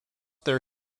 their